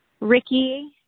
Ricky